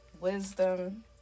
Wisdom